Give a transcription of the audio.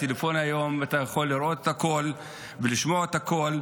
בטלפון היום אתה יכול לראות את הכול ולשמוע את הכול.